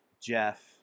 Jeff